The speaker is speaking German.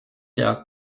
der